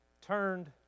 turned